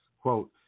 Quote